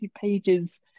pages